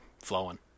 flowing